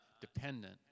dependent